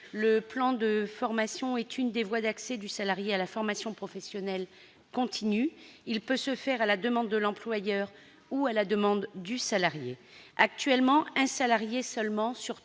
Le plan de formation est l'une des voies d'accès du salarié à la formation professionnelle continue ; il peut se faire à la demande de l'employeur ou à la demande du salarié. Actuellement, un salarié sur trois